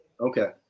Okay